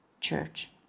church